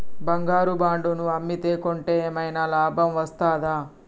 బంగారు బాండు ను అమ్మితే కొంటే ఏమైనా లాభం వస్తదా?